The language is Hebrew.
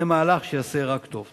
זה מהלך שיעשה רק טוב.